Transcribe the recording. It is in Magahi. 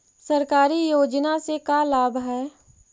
सरकारी योजना से का लाभ है?